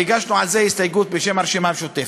והגשנו על זה הסתייגות בשם הרשימה המשותפת,